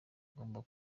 ugomba